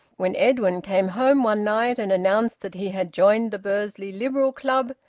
when edwin came home one night and announced that he had joined the bursley liberal club,